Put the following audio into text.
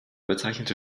bezeichnete